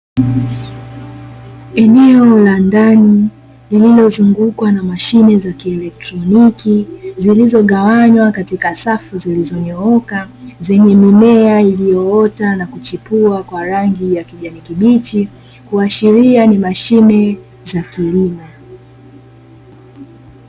Eneo la ndani lililozungukwa na mashine za kielektroniki, zilizogawanywa katika safu zilizonyooka zenye mimea iliyoota na kuchipua kwa rangi ya kijani kibichi kuashiria ni mashine za kilimo.